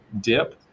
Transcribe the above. dip